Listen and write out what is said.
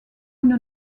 une